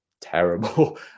terrible